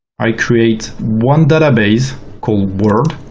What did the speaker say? i create one database called world,